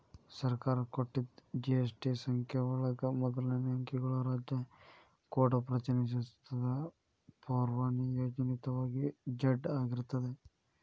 ಸರ್ಕಾರ ಕೊಟ್ಟಿದ್ ಜಿ.ಎಸ್.ಟಿ ಸಂಖ್ಯೆ ಒಳಗ ಮೊದಲನೇ ಅಂಕಿಗಳು ರಾಜ್ಯ ಕೋಡ್ ಪ್ರತಿನಿಧಿಸುತ್ತದ ಪೂರ್ವನಿಯೋಜಿತವಾಗಿ ಝೆಡ್ ಆಗಿರ್ತದ